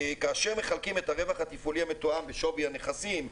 כאשר מחלקים את הרווח התפעולי המתואם בשווי הנכסים,